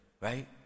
right